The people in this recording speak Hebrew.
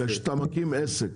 כשאתה מקים עסק,